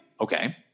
Okay